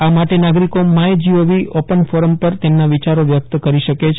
આ માટે નાગરીકો માય ગોવ ઓપન ફોરમ પર તેમના વિચારો વ્યક્ત કરી શકે છે